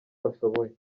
bashoboye